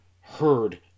heard